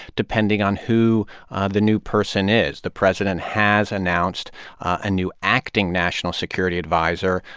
depending on who the new person is the president has announced a new acting national security adviser,